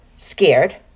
scared